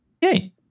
yay